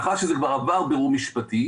מאחר שזה כבר עבר בירור משפטי,